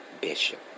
Bishop